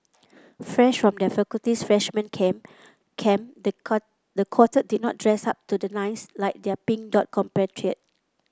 fresh from their faculty's freshman camp camp the the quartet did not dress up to the nines like their Pink Dot compatriot